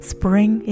Spring